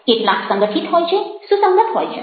કેટલાક સંગઠિત હોય છે સુસંગત હોય છે